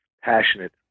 passionate